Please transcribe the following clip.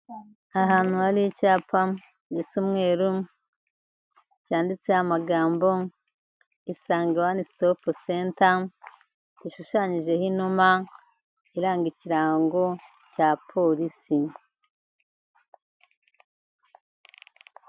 Ni ahantu hari icyapa gisa umweru, cyanditseho amagambo isange wani sitopu senta, gishushanyijeho inuma iranga ikirango cya polisi.